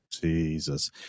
Jesus